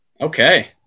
Okay